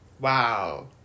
wow